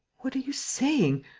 what are you saying.